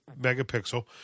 megapixel